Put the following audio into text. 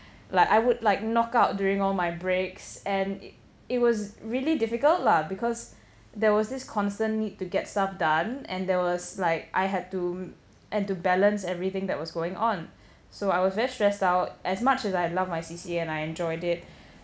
like I would like knockout during all my breaks and it it was really difficult lah because there was this constant need to get stuff done and there was like I had to and to balance everything that was going on so I was very stressed out as much as I love my C_C_A and I enjoyed it